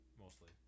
Mostly